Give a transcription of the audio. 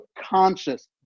conscious